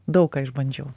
daug ką išbandžiau